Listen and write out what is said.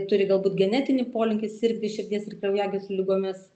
turi galbūt genetinį polinkį sirgti širdies ir kraujagyslių ligomis